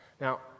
Now